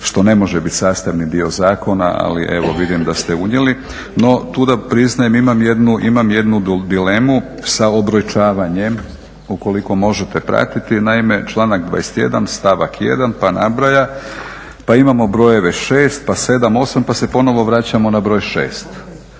što ne može biti sastavni dio zakona ali evo vidim da ste unijeli. No, priznajem imam jednu dilemu sa …/Govornik se ne razumije./… ukoliko možete pratiti. Naime, članak 21. stavak 1. pa nabraja pa imamo brojeve 6 pa 7., 8. pa se ponovno vraćamo na broj 6.